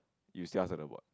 you will still ask her to abort